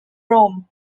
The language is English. rome